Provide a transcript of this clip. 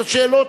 אלה שאלות.